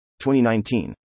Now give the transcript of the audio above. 2019